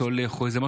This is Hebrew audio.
אני רואה גם אותך,